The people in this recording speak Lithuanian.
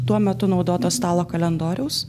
tuo metu naudoto stalo kalendoriaus